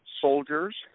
soldiers